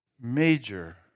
major